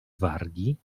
wargi